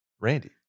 randy